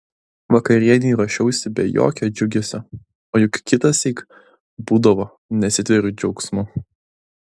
vakarienei ruošiausi be jokio džiugesio o juk kitąsyk būdavo nesitveriu džiaugsmu